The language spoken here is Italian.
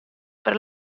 per